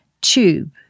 tube